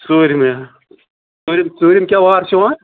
ژوٗرمہِ ژوٗرِم ژوٗرِم کیٛاہ وار چھِ یِوان